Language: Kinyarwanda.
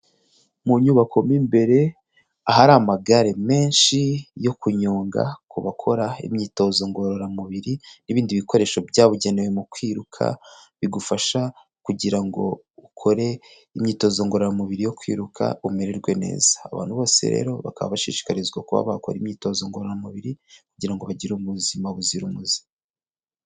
Mu nyubako mo imbere ahari amagare menshi yo kunyonga ku bakora imyitozo ngororamubiri n'ibindi bikoresho byabugenewe mu kwiruka bigufasha kugira ngo ukore imyitozo ngororamubiri yo kwiruka umererwe neza, abantu bose rero bakaba bashishikarizwa kuba bakora imyitozo ngororamubiri kugira ngo bagire ubuzima buzira umuze.